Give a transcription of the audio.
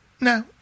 no